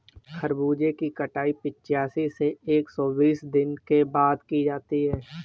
खरबूजे की कटाई पिचासी से एक सो बीस दिनों के बाद की जाती है